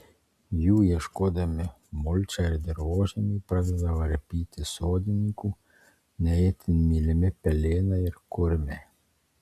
jų ieškodami mulčią ir dirvožemį pradeda varpyti sodininkų ne itin mylimi pelėnai ir kurmiai